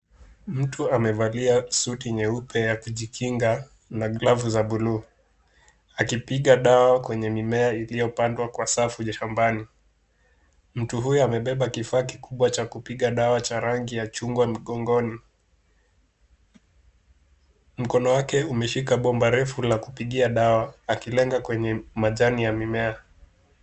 Mtu amevalia suti nyeupe ya kujikinga na glavu za bluu, akipiga dawa kwenye mimea iliyopandwa kwa safu ya shambani. Mtu huyu amebeba kifaa kikubwa cha kupiga dawa cha rangi ya chungwa mgongoni, mkono wake umeshika bomba refu la kupigia dawa, akileanga kwenye majani ya mimea.